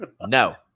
No